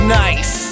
nice